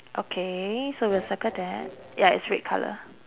okay so we'll circle that ya it's red colour